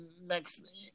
next